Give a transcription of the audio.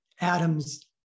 atoms